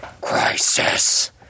Crisis